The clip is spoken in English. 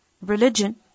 religion